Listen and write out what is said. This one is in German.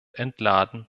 entladen